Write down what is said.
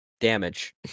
Damage